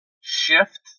shift